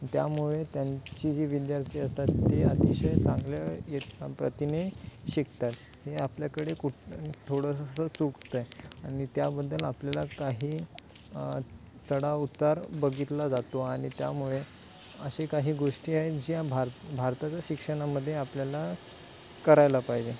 त्यामुळे त्यांची जे विद्यार्थी असतात ते अतिशय चांगल्या येत प्रतीने शिकतात हे आपल्याकडे कुठं थोडंसं चुकतं आहे आणि त्याबद्दल आपल्याला काही चढउतार बघितला जातो आणि त्यामुळे अशा काही गोष्टी आहेत ज्या भार भारताच्या शिक्षणामध्ये आपल्याला करायला पाहिजे